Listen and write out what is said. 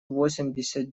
восемьдесят